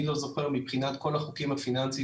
אני לא זוכר מבחינת כל החוקים הפיננסיים